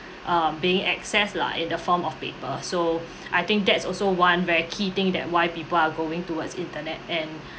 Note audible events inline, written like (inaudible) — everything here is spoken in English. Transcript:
um being accessed lah in the form of paper so (breath) I think that's also one very key thing that why people are going towards internet and (breath)